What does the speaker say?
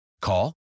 Call